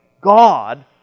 God